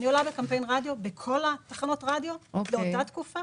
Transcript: אני עולה לקמפיין רדיו בכל תחנות הרדיו באותה תקופה